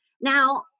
Now